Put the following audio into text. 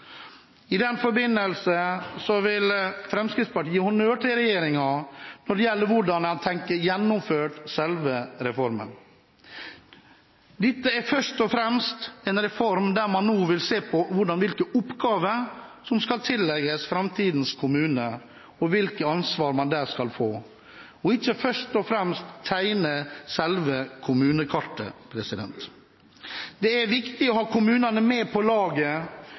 I den forbindelse vil Fremskrittspartiet gi honnør til regjeringen når det gjelder hvordan man tenker gjennomført selve reformen. Dette er først og fremst en reform der man vil se på hvilke oppgaver som skal tillegges framtidens kommuner, og hvilket ansvar man der skal få, og ikke først og fremst tegne selve kommunekartet. Det er viktig å ha kommunene med på laget,